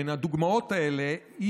מן הדוגמאות האלה,